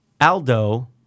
Aldo